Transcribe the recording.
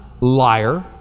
liar